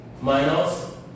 minus